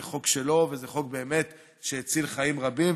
זה חוק שלו, וזה חוק שבאמת הציל חיים רבים.